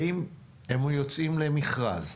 האם הם יוצאים למכרז?